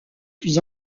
plus